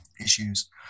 issues